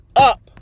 up